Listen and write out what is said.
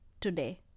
today